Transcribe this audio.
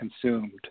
consumed